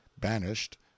banished